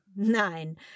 Nein